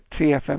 TFM